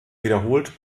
wiederholt